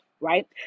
right